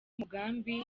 mugambi